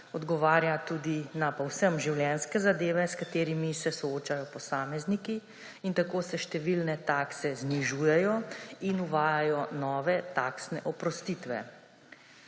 odgovarja tudi na povsem življenjske zadeve, s katerimi se soočajo posamezniki, in tako se številne takse znižujejo in uvajajo nove taksne oprostitve.